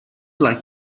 like